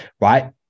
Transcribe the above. right